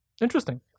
interesting